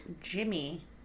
Jimmy